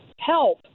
help